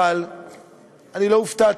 אבל לא הופתעתי.